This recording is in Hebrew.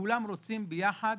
שכולם רוצים יחד.